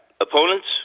Opponents